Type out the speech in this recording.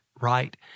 right